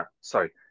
sorry